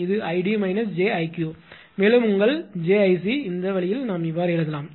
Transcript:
இது 𝐼𝑑 −𝑗𝐼𝑞 மேலும் உங்கள் 𝑗𝐼𝑐 இந்த வழியில் எழுதலாம்